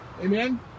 amen